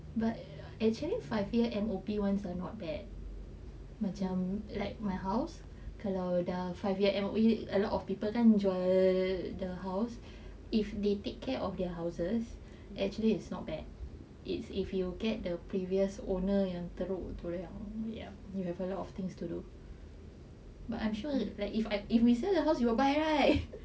but actually five year at ubi ones are not bad macam like my house kalau dah five year and a lot of people kan jual the the house if they take care of their houses actually it's not bad it's if you get the previous owner yang teruk tu yang ya ya you have a lot of things to do but I'm sure like if if we sell your house you will buy right